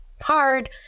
hard